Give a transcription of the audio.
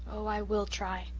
oh, i will try.